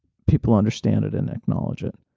people understand it and acknowledge it.